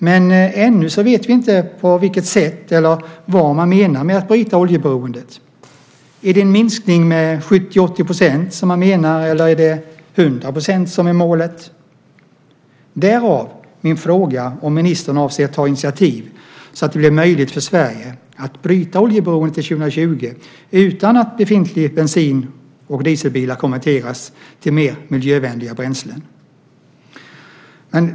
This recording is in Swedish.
Men ännu vet vi inte på vilket sätt eller vad man menar med att bryta oljeberoendet. Är det en minskning med 70-80 % man menar, eller är det 100 % som är målet? Därav min fråga om ministern avser att ta initiativ så att det blir möjligt för Sverige att bryta oljeberoendet till 2020 utan att befintliga bensin och dieselbilar konverteras till mer miljövänliga bränslen.